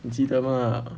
你记得吗